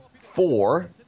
four